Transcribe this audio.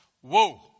Whoa